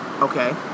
Okay